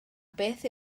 beth